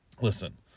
Listen